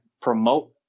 promote